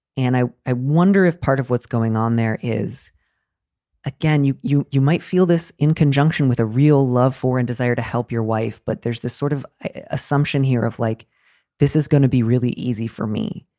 and i i wonder if part of what's going on there is again, you you might feel this in conjunction with a real love for and desire to help your wife. but there's this sort of assumption here of like this is going to be really easy for me.